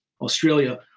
Australia